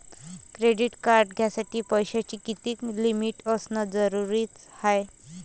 Credit card घ्यासाठी पैशाची कितीक लिमिट असनं जरुरीच हाय?